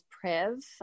Priv